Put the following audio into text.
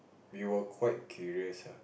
we were quite curious ah